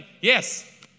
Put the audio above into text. Yes